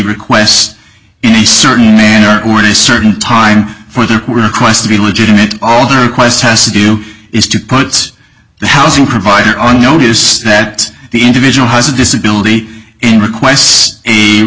request in a certain manner or in a certain time for their requests to be legitimate all the requests has to do is to put the housing provider on notice that the individual has a disability in request a